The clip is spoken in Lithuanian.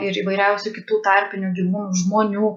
ir įvairiausių kitų tarpinių gyvūnų žmonių